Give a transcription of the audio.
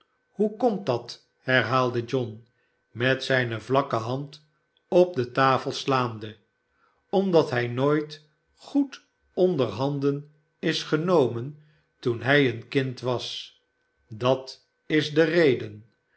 hoe komt dat herhaalde john met zijne vlakke hand op de tafel slaande omdat hij nooit goed onder handen is genomen toen hii een kind was dat is de reden